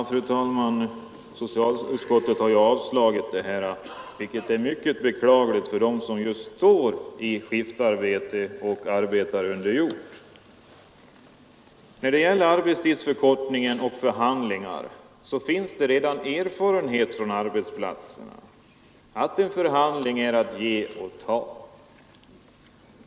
Fru talman! Socialutskottet har avstyrkt vår motion, vilket är mycket beklagligt just för dem som står i skiftarbete och arbetar under jord. I vad gäller arbetstidsförkortning och förhandlingar finns det redan erfarenheter från arbetsplatserna av att en förhandling är att ge och ta.